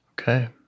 Okay